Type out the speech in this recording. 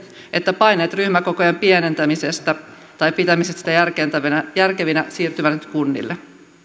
että paineet ryhmäkokojen pienentämisestä ja pitämisestä järkevinä järkevinä siirtyvät nyt kunnille